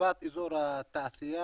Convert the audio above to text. להרחבת אזור התעשייה,